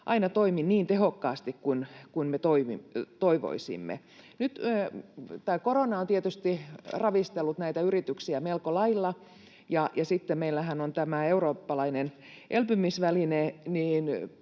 aina toimi niin tehokkaasti kuin me toivoisimme. Nyt korona on tietysti ravistellut yrityksiä melko lailla, ja sitten meillähän on tämä eurooppalainen elpymisväline.